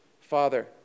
Father